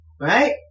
right